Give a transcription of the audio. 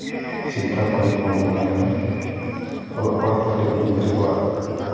ᱥᱤᱠᱠᱷᱟ ᱠᱚᱦᱚᱸ ᱡᱚᱛᱚ ᱵᱚᱱᱫᱚ ᱛᱟᱦᱮᱸ ᱠᱟᱱᱟ ᱚᱞᱚᱜ ᱯᱟᱲᱦᱟᱜ ᱨᱮ ᱟᱹᱰᱤᱜᱟᱱ ᱜᱤᱫᱽᱨᱟᱹ ᱠᱚᱣᱟᱜ